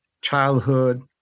childhood